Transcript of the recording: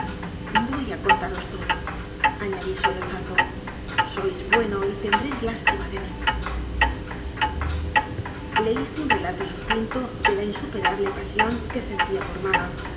voy a contaros todo añadí sollozando sois bueno y tendréis lásti ma de mí le hice un relato sucinto de la insuperable pa sión que sentía por manon